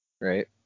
right